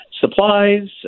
supplies